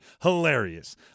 Hilarious